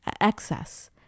excess